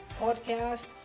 podcast